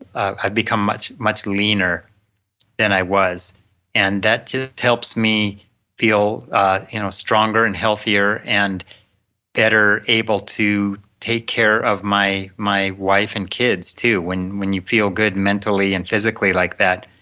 i've become much much leaner than i was and that just helps me feel you know stronger and healthier and better able to take care of my my wife and kids too, when when you feel good mentally and physically like that,